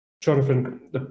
Jonathan